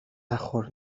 نخور